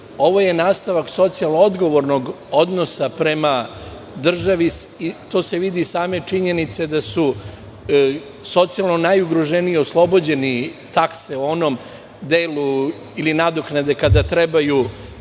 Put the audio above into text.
Ovo je nastavak socijalno-odgovornog odnosa prema državi. To se vidi iz same činjenice da su socijalno najugroženiji oslobođeni takse u onom delu ili nadoknade kada treba